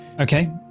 Okay